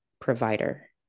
provider